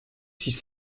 six